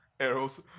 Arrows